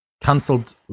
cancelled